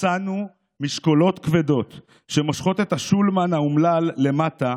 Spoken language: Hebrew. מצאנו משקולות כבדות שמושכות את השולמן האומלל למטה,